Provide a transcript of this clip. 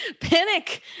Panic